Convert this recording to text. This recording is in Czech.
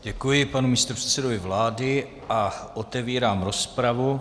Děkuji panu místopředsedovi vlády a otevírám rozpravy.